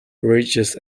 ridges